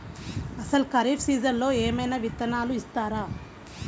అసలు ఖరీఫ్ సీజన్లో ఏమయినా విత్తనాలు ఇస్తారా?